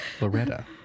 Loretta